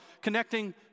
connecting